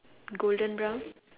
golden brown